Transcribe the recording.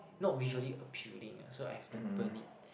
not visually appealing lah so I have to burn it